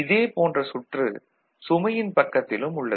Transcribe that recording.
இதே போன்ற சுற்று சுமையின் பக்கத்திலும் உள்ளது